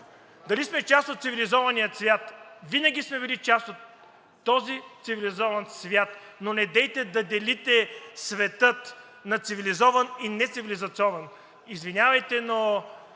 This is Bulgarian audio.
Дали сме част от цивилизования свят? Винаги сме били част от този цивилизован свят, но недейте да делите света на цивилизован и нецивилизован. Извинявайте, но